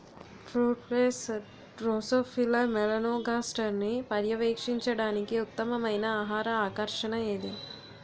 Fruit flies drosophila మెలనోగాస్టర్ని పర్యవేక్షించడానికి ఉత్తమమైన ఆహార ఆకర్షణ ఏది?